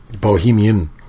bohemian